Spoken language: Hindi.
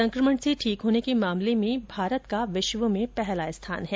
सं क्रमण से ठीक होने के मामले में भारत का विश्व में पहला स्थान है